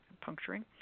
puncturing